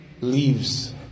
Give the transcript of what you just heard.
leaves